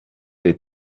les